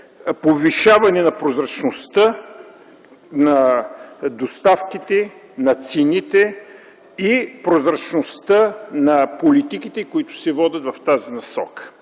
повишаване на прозрачността на доставките, на цените и прозрачността на политиките, които се водят в тази насока.